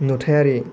नुथायारि